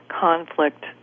conflict